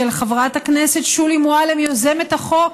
של חברת הכנסת שולי מועלם, יוזמת החוק,